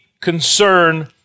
concern